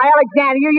Alexander